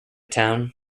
town